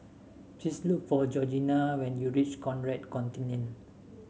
please look for Georgina when you reach Conrad Centennial